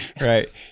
Right